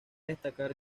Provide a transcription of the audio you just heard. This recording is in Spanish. destacar